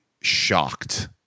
shocked